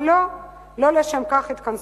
אבל לא, לא לשם כך התכנסו.